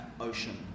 ocean